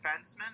defenseman